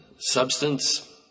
Substance